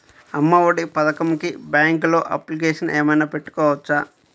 అమ్మ ఒడి పథకంకి బ్యాంకులో అప్లికేషన్ ఏమైనా పెట్టుకోవచ్చా?